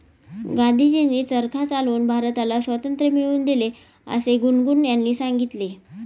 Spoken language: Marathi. गांधीजींनी चरखा चालवून भारताला स्वातंत्र्य मिळवून दिले असे गुनगुन यांनी सांगितले